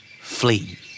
Flee